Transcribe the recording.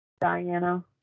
Diana